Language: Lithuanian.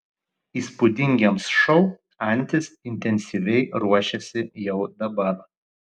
įspūdingiems šou antis intensyviai ruošiasi jau dabar